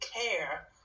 care